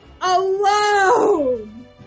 alone